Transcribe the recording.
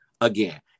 again